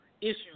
issues